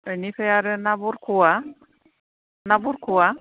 बेनिफ्राय आरो ना बरख'आ ना बरख'आ